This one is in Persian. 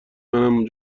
منم